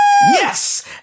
Yes